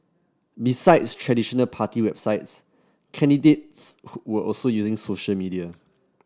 besides traditional party websites candidates were also using social media